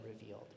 revealed